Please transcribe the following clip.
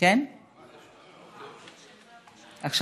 התרבות והספורט להכנה לקריאה שנייה ושלישית.